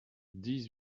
dix